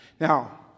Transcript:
Now